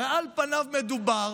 הרי על פניו, מדובר